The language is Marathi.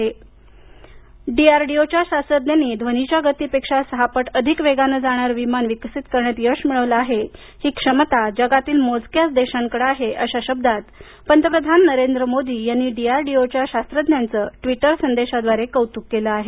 पंतप्रधान डीआरडीओ डीआरडीओच्या शास्त्रज्ञांनी ध्वनीच्या गतीपेक्षा सहा पट अध्क वेगाने जाणारे विमान विकसित करण्यात यश मिळवले आहे ही क्षमता जगातील मोजक्याच देशांकडे आहे अशा शब्दात पंतप्रधान नरेंद्र मोदी यांनी डीआरडीओच्या शास्त्रज्ञांचे ट्विटर संदेशाद्वारे कौतुक केले आहे